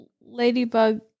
ladybug